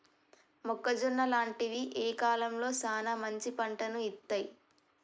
మొక్కజొన్న లాంటివి ఏ కాలంలో సానా మంచి పంటను ఇత్తయ్?